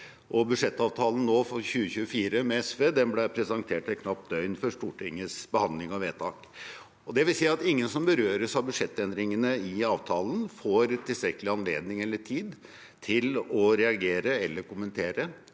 og budsjettavtalen nå, for 2024, med SV, ble presentert et knapt døgn før Stortingets behandling av vedtak. Det vil si at ingen som berøres av budsjettendringene i avtalen, får tilstrekkelig anledning eller tid til å reagere eller kommentere,